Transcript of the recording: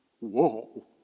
Whoa